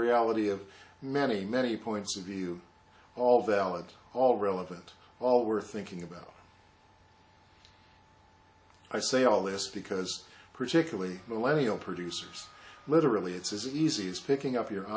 reality of many many points of view all valid all relevant all we're thinking about i say all this because particularly malarial producers literally it's as easy as picking up your